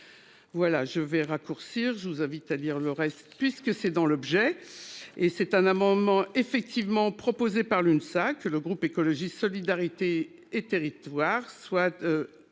Voilà je vais raccourcir je vous invite à lire le reste puisque c'est dans l'objet et c'est un amendement effectivement proposé par l'UNSA, que le groupe écologiste solidarité et territoires soit.